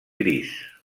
gris